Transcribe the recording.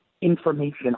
information